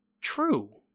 true